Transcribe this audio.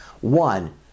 one